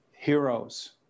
Heroes